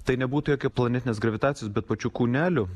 tai nebūtų jokio planetinės gravitacijos bet pačių kūnelių